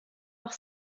auch